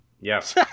Yes